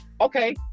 Okay